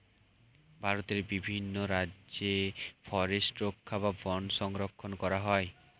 ভারতের বিভিন্ন রাজ্যে ফরেস্ট রক্ষা বা বন সংরক্ষণ করা হয়